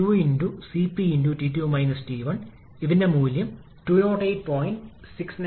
799 back work ratio അല്ലെങ്കിൽ work ratio ഇവയിലേതെങ്കിലും സൌകര്യപ്രദമായി ഉപയോഗിക്കുന്നു പക്ഷേ സാധാരണയായി ഇത് കൂടുതൽ ജനപ്രിയമാണ്